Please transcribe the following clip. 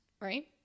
right